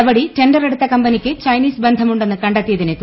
നടപടി ടെണ്ടറെടുത്ത കമ്പനിക്ക് ചൈനീസ് ബന്ധമുണ്ടെന്ന് കണ്ടെത്തിയതിനെ തുടർന്ന്